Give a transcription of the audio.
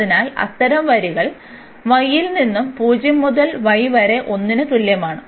അതിനാൽ അത്തരം വരികൾ y ൽ നിന്ന് 0 മുതൽ y വരെ 1 ന് തുല്യമാണ്